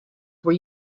were